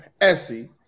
Essie